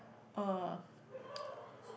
uh